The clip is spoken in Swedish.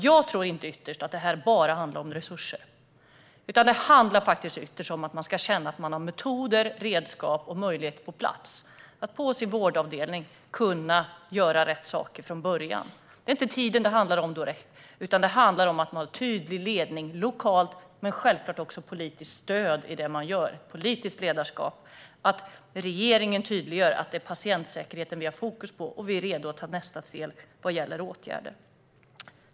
Jag tror inte att det här ytterst bara handlar om resurser. Det handlar ytterst om att man ska känna att man har metoder, redskap och möjligheter på plats för att på sin vårdavdelning kunna göra rätt saker från början. Det är inte tiden det handlar om, utan det handlar om att ha tydlig ledning lokalt men självklart också politiskt stöd i det man gör och politiskt ledarskap - att regeringen tydliggör att det är patientsäkerheten vi har fokus på och att vi är redo att ta nästa steg vad gäller åtgärder.